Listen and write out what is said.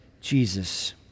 Jesus